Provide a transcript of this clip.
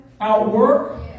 outwork